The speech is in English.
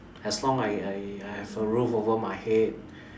as long I I I have a roof over my head